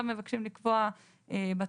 נכון.